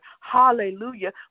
Hallelujah